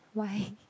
why